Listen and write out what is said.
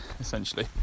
essentially